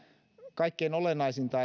kaikkein olennaisinta